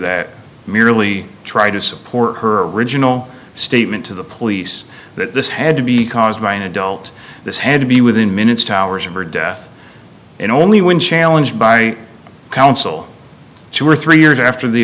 that merely tried to support her original statement to the police that this had to be caused by an adult this had to be within minutes to hours of her death in only when challenged by counsel two or three years after the